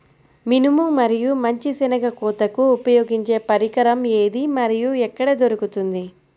మినుము మరియు మంచి శెనగ కోతకు ఉపయోగించే పరికరం ఏది మరియు ఎక్కడ దొరుకుతుంది?